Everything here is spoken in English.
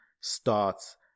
starts